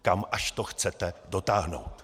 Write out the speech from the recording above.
Kam až do chcete dotáhnout?!